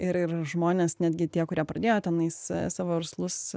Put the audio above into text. ir ir žmonės netgi tie kurie pradėjo tenais savo verslus